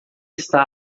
está